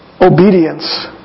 obedience